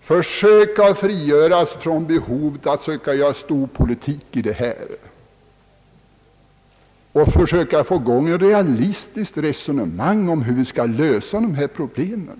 försöka frigöra sig från behovet att göra storpolitik av detta och försöka få i gång ett realistiskt resonemang om hur vi skall lösa dessa problem.